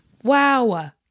wow